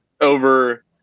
over